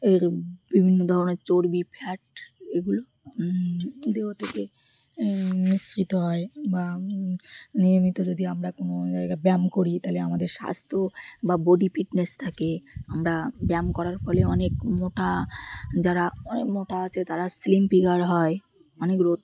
এর বিভিন্ন ধরনের চর্বি ফ্যাট এগুলো দেহ থেকে নিঃসৃত হয় বা নিয়মিত যদি আমরা কোনো জায়গা ব্যায়াম করি তাহলে আমাদের স্বাস্থ্য বা বডি ফিটনেস থাকে আমরা ব্যায়াম করার ফলে অনেক মোটা যারা অনেক মোটা আছে তারা স্লিম ফিগার হয় অনেক রোগ